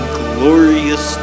glorious